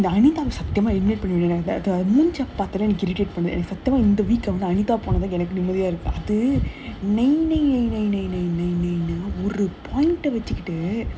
eh dining time மூஞ்ச பார்த்தாலே பிடிக்காது:moonja paarthalae pidikaathu anita பொண்ணு:ponnu nine nine nine nine nine nine nine வச்சிக்கிட்டு:vachikkitu